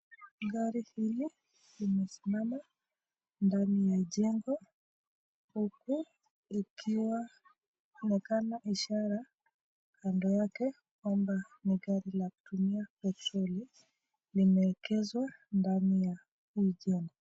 Gari hili limesimama ndani ya jengo huku ikionekana ishara kando yake kwamba ni gari la kutumia petroli limeegeshwa ndani ya hii jengo.